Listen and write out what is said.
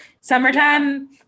summertime